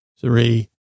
three